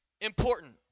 important